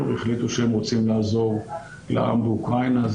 והחליטו שהם רוצים לעזור לעם באוקראינה.